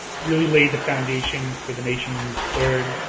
really laid the foundation for the nation's third,